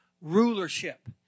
rulership